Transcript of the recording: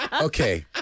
okay